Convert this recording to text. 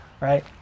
right